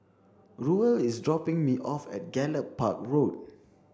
Ruel is dropping me off at Gallop Park Road